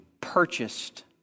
purchased